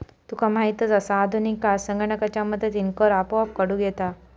तुका माहीतच आसा, आधुनिक काळात संगणकाच्या मदतीनं कर आपोआप काढूक येता